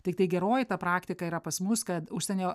tiktai geroji ta praktika yra pas mus kad užsienio